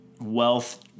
wealth